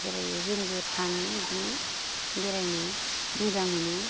बेरायो जोंबो थाङो बिदिनो बेरायनो मोजां मोनो